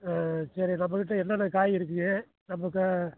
சரி நம்ம கிட்டே என்னென்ன காய் இருக்குதுங்க நமக்கு க